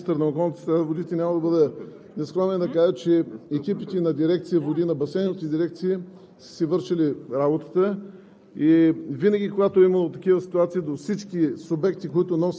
Същевременно бих искал да бъда коректен и да посоча, че като бивш министър на околната среда и водите няма да бъда нескромен да кажа, че екипите на дирекция „Води“ на басейновите дирекции са си вършили работата